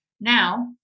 Now